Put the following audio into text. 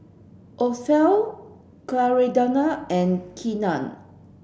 Othel Clarinda and Keenan